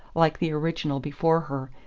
like the original before her,